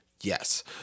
Yes